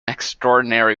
extraordinary